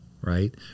right